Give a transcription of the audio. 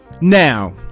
Now